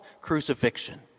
crucifixion